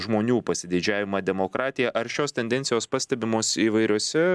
žmonių pasididžiavimą demokratija ar šios tendencijos pastebimos įvairiose